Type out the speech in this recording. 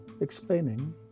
explaining